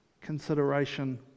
consideration